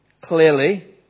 clearly